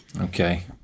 Okay